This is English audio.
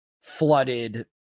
flooded